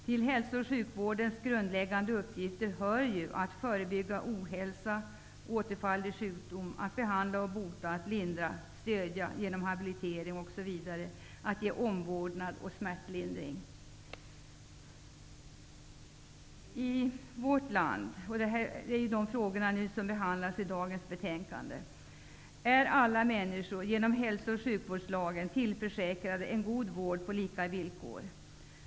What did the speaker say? Till hälso och sjukvårdens grundläggande uppgifter hör ju att förebygga ohälsa och återfall i sjukdom, att behandla och bota, lindra och stödja med hjälp av habilitering osv. och att ge omvårdnad och smärtlindring. Det här är frågor som behandas i dagens betänkande. I vårt land är alla människor genom hälso och sjukvårdslagen tillförsäkrade en god vård på lika villkor.